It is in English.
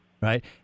right